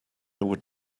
would